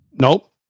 Nope